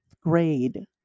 grade